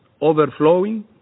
overflowing